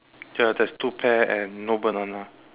ya there's two pear and no banana